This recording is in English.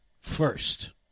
first